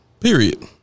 Period